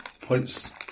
points